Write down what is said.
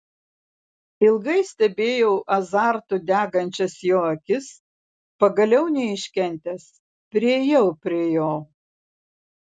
ilgai stebėjau azartu degančias jo akis pagaliau neiškentęs priėjau prie jo